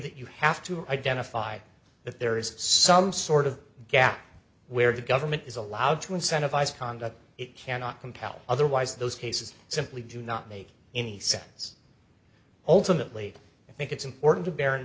that you have to identify if there is some sort of gap where the government is allowed to incentivise conduct it cannot compel otherwise those cases simply do not make any sense ultimately i think it's important to bear in